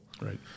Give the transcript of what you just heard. right